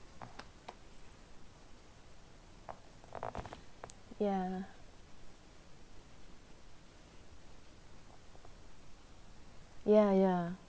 ya ya ya